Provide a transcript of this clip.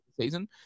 season